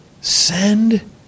send